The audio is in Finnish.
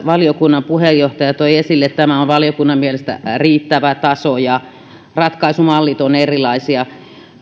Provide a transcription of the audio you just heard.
valiokunnan puheenjohtaja toi esille että tämä on valiokunnan mielestä riittävä taso ja ratkaisumallit ovat erilaisia